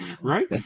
right